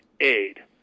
aid